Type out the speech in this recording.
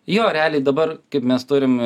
jo realiai dabar kaip mes turim